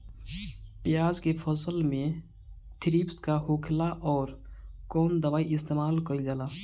प्याज के फसल में थ्रिप्स का होखेला और कउन दवाई इस्तेमाल कईल जाला?